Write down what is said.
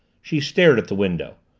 she stared at the window.